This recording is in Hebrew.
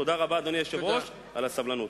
תודה רבה, אדוני היושב-ראש, על הסבלנות.